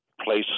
place